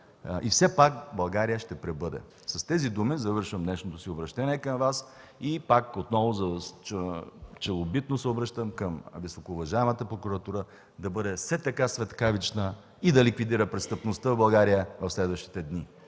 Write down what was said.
„И все пак България ще пребъде!”. С тези думи завършвам днешното си обръщение към Вас. И пак отново челобитно се обръщам към високоуважаемата прокуратура: да бъде все така светкавична и да ликвидира престъпността в България в следващите дни!